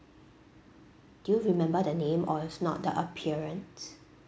do you remember the name or if not the appearance